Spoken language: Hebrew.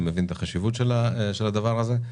אני מבין את החשיבות של הדבר הזה.